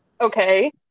Okay